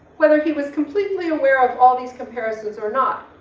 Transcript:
whether he was completely aware of all these comparisons or not,